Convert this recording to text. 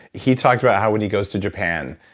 he talked about how when he goes to japan,